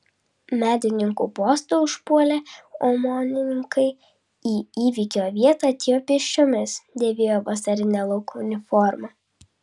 medininkų postą užpuolę omonininkai į įvykio vietą atėjo pėsčiomis dėvėjo vasarinę lauko uniformą